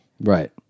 Right